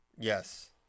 yes